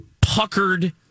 puckered